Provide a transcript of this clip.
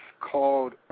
called